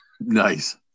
Nice